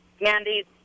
Mandy